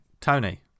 Tony